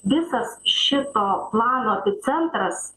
visas šito plano centras